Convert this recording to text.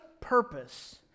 purpose